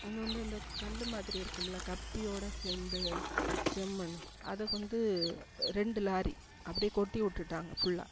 அங்கே வந்து இந்த கல் மாதிரி இருக்கும்ல்ல கப்பியோட சேர்ந்து செம்மண்ணு அதை வந்து ரெண்டு லாரி அப்படியே கொட்டி விட்டுட்டாங்க ஃபுல்லாக